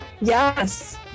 yes